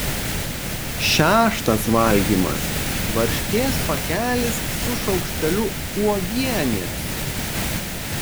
šeštas valgymas varškės pakelis su šaukšteliu uogienės